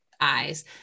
eyes